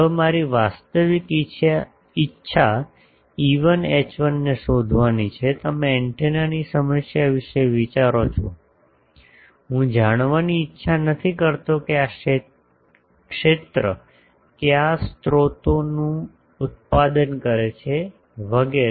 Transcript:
હવે મારી વાસ્તવિક ઈચ્છા E1 H1 ને શોધવાની છે તમે એન્ટેનાની સમસ્યા વિશે વિચારો છો હું જાણવાની ઇચ્છા નથી કરતો કે આ ક્ષેત્ર કયા સ્રોતનું ઉત્પાદન કરે છે વગેરે